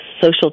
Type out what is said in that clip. social